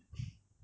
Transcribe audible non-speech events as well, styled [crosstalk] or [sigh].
[breath]